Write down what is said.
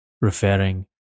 referring